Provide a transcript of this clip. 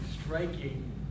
striking